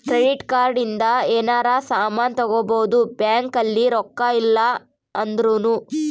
credit card ಇಂದ ಯೆನರ ಸಾಮನ್ ತಗೊಬೊದು ಬ್ಯಾಂಕ್ ಅಲ್ಲಿ ರೊಕ್ಕ ಇಲ್ಲ ಅಂದೃನು